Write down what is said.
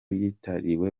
yitiriwe